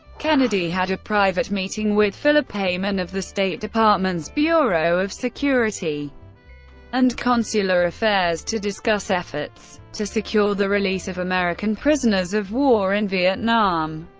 kennedy had a private meeting with philip heymann of the state department's bureau of security and consular affairs to discuss efforts to secure the release of american prisoners of war in vietnam.